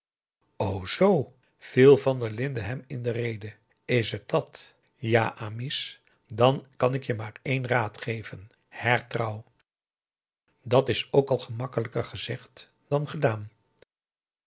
zoo viel van der linden hem in de rede is het dàt ja amice dan kan ik je maar één raad geven hertrouw dat is ook al makkelijker gezegd dan gedaan